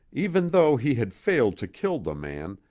even though he had failed to kill the man,